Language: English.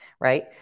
Right